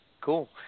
Cool